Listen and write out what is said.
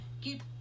keep